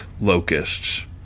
locusts